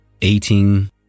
eating